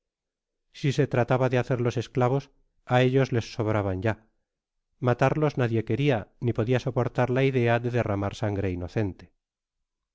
si se trataba de hacerlos esclavos á ellos les sobraban ya matarlos nadie queria ni podia soportar la idea de derramar sangre inocente